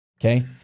Okay